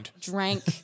drank